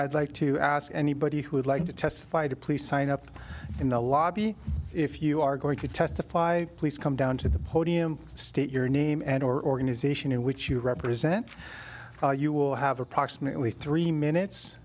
i'd like to ask anybody who would like to testify to please sign up in the lobby if you are going to testify please come down to the podium state your name and organization in which you represent you will have approximately three minutes